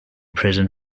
prison